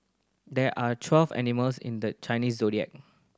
there are twelve animals in the Chinese Zodiac